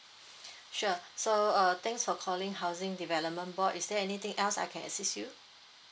sure so uh thanks for calling housing development board is there anything else I can assist you